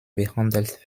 behandelt